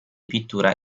pittura